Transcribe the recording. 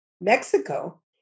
Mexico